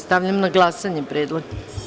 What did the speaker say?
Stavljam na glasanje ovaj predlog.